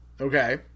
Okay